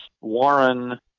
Warren